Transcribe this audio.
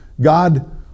God